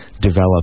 develop